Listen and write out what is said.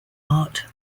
art